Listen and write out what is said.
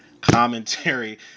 commentary